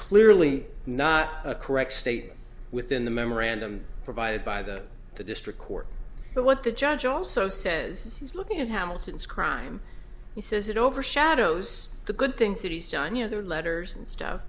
clearly not a correct statement within the memorandum provided by the the district court but what the judge also says is looking at hamilton's crime he says it overshadows the good things that he's done you know their letters and stuff